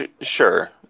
Sure